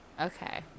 okay